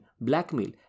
blackmail